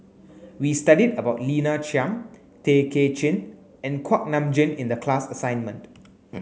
we studied about Lina Chiam Tay Kay Chin and Kuak Nam Jin in the class assignment